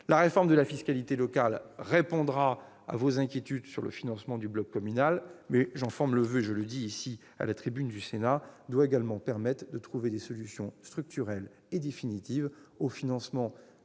La réforme de la fiscalité locale répondra à vos inquiétudes sur le financement du bloc communal. Je forme le voeu, à la tribune du Sénat, qu'elle permette également de trouver des solutions structurelles et définitives au financement